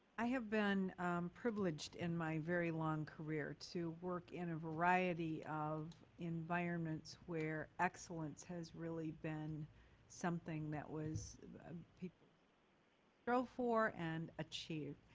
i have been privileged in my very long career to work in a variety of environments where excellence has really been something that was people wrote for and achieved.